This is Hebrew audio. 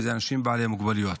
וזה אנשים בעלי מוגבלויות.